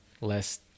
less